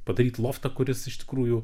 padaryt loftą kuris iš tikrųjų